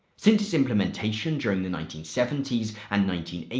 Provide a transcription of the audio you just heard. since its implementation during the nineteen seventy s and nineteen eighty